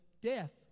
death